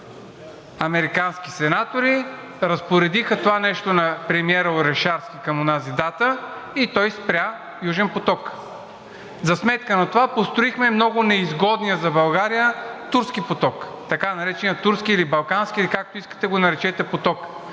американски сенатори, разпоредиха това нещо на премиера Орешарски към онази дата и той спря Южен поток. За сметка на това построихме много неизгодния за България Турски поток, така наречения Турски, или Балкански, или както искате го наречете, поток,